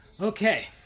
Okay